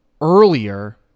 earlier